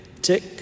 tick